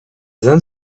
then